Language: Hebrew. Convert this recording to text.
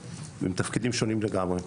אבל אלה תפקידים שונים לגמרי.